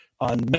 on